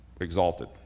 exalted